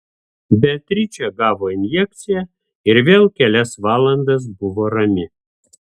beatričė gavo injekciją ir vėl kelias valandas buvo rami